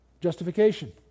justification